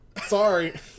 sorry